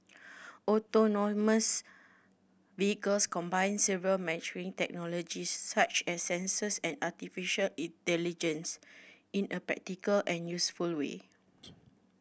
autonomous vehicles combine several maturing technologies such as sensors and artificial intelligence in a practical and useful way